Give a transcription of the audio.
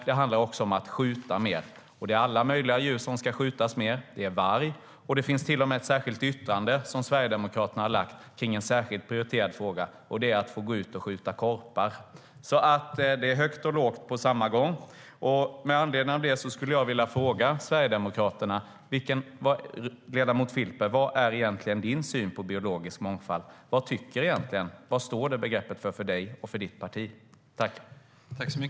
De handlar också om att få skjuta mer, och det är alla möjliga djur som ska skjutas mer. Det finns till och med ett särskilt yttrande från Sverigedemokraterna om en särskilt prioriterad fråga, och det är att få skjuta korpar. Det är alltså högt och lågt på samma gång.